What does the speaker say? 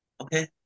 Okay